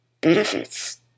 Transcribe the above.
benefits